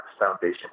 Foundation